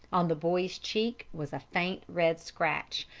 on the boy's cheek was a faint red scratch,